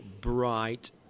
bright